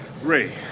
Ray